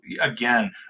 again